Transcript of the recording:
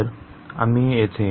तर आम्ही येथे